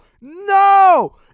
No